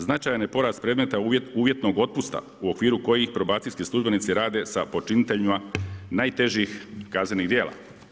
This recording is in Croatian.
Značajan je porast predmeta uvjetnog otpusta u okviru kojih probacijski službenici rade sa počiniteljima najtežih kaznenih djela.